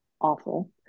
awful